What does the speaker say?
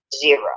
Zero